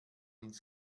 ins